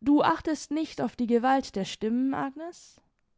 du achtest nicht auf die gewalt der stimmen agnes